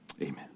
amen